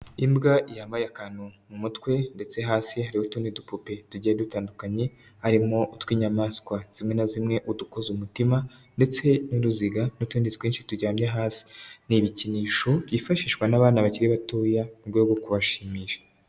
Imbwa yambaye akantu mu mutwe ndetse hasi hariho utudi dupupe tugiye dutandukanye harimo utw'inyamaswa zimwe na zimwe, udukoze umutima ndetse n'uruziga n'utundi twinshi turyamye hasi. Ni ibikinisho byifashishwa n'abana bakiri batoya mu rwego rwo kubashimisha.